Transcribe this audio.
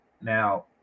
now